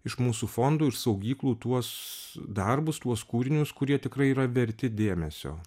iš mūsų fondų ir saugyklų tuos darbus tuos kūrinius kurie tikrai yra verti dėmesio